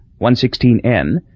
116N